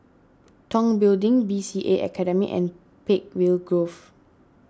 Tong Building B C A Academy and Peakville Grove